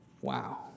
Wow